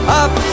up